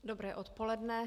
Dobré odpoledne.